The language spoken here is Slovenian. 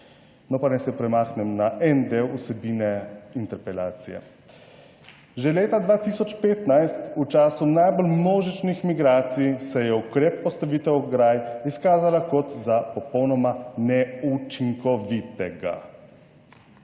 No, pa naj se premaknem na en del vsebine interpelacije. Že leta 2015 v času najbolj množičnih migracij se je ukrep postavitev ograj izkazala kot za popolnoma neučinkovitega.